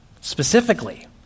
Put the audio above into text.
specifically